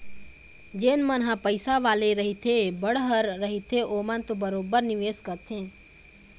जेन मन ह पइसा वाले रहिथे बड़हर रहिथे ओमन तो बरोबर निवेस करथे